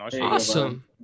Awesome